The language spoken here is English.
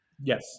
Yes